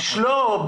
לא.